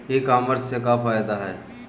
ई कामर्स से का फायदा ह?